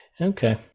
okay